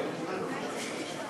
חברי השרים,